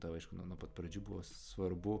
tau aišku nuo nuo pat pradžių buvo svarbu